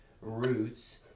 roots